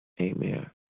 amen